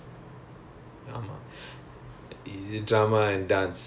writer's tag and band okay then nivedha is drama and